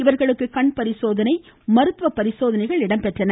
இவர்களுக்கு கண் பரிசோதனை மருத்துவ பரிசோதனையும் நடைபெற்றது